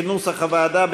כנוסח הוועדה,